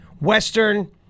western